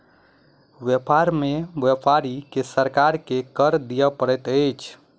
व्यापार में व्यापारी के सरकार के कर दिअ पड़ैत अछि